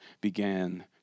began